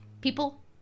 People